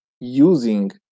using